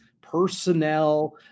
personnel